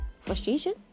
frustration